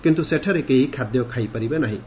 କିନ୍ତୁ ସେଠାରେ କେହି ଖାଦ୍ୟ ଖାଇପାରିବେ ନାହିଁ